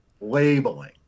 labeling